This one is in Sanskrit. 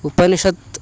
उपनिषत्